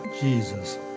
Jesus